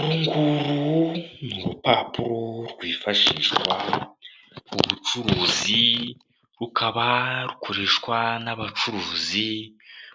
Uru nguru ni urupapuro rwifashishwa mu bucuruzi, rukaba rukoreshwa n'abacuruzi